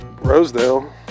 Rosedale